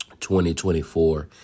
2024